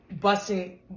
busting